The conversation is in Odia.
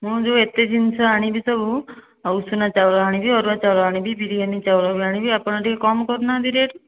ମୁଁ ଯେଉଁ ଏତେ ଜିନିଷ ଆଣିବି ସବୁ ଉଷୁନା ଚାଉଳ ଆଣିବି ଅରୁଆ ଚାଉଳ ଆଣିବି ବିରିୟାନୀ ଚାଉଳ ବି ଆଣିବି ଆପଣ ଟିକିଏ କମ୍ କରୁନାହାନ୍ତି ରେଟ୍